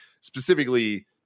specifically